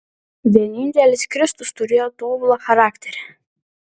vienintelis kristus turėjo tobulą charakterį